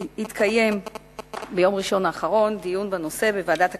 התקיים ביום ראשון האחרון דיון בנושא בוועדת הכלכלה,